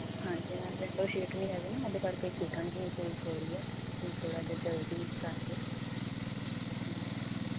ਹਾਂਜੀ ma'am window seat ਨੀ ਹੈਗੀ ਨਾ ਉਹਦੇ ਕਰਕੇ ਘੁਟਨ ਜੀ ਮਹਿਸੂਸ ਹੋ ਰਹੀ ਆ ਥੋੜਾ ਜਿਹਾ ਜਲਦੀ ਕਰ ਦਿਓ